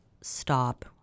stop